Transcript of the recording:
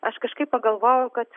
aš kažkaip pagalvojau kad